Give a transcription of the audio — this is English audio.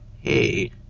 hey